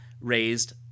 raised